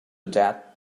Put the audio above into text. that